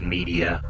Media